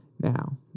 Now